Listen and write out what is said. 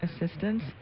assistance